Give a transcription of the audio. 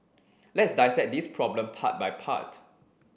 let's dissect this problem part by part